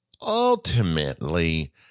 ultimately